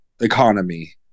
economy